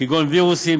כגון וירוסים,